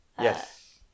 Yes